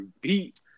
beat